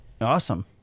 Awesome